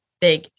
big